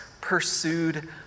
pursued